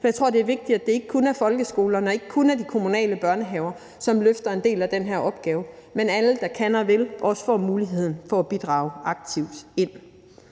for jeg tror, det er vigtigt, at det ikke kun er folkeskolerne og ikke kun er de kommunale børnehaver, som løfter en del af den her opgave, men at alle, der kan og vil, også får muligheden for at bidrage aktivt.